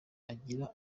agira